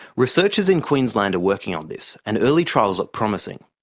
researchers in queensland are working on this, and early trials look promising.